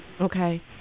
Okay